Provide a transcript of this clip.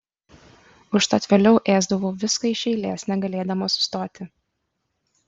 užtat vėliau ėsdavau viską iš eilės negalėdama sustoti